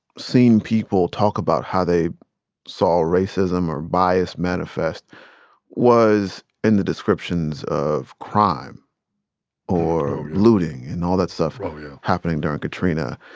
seen people talk about how they saw racism or bias manifest was in the descriptions of crime or looting and all that stuff oh yeah happening during katrina.